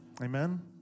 Amen